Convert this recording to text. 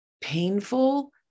painful